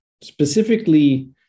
specifically